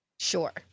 sure